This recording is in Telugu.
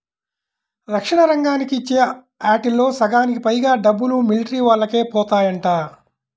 రక్షణ రంగానికి ఇచ్చే ఆటిల్లో సగానికి పైగా డబ్బులు మిలిటరీవోల్లకే బోతాయంట